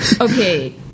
Okay